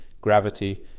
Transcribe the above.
gravity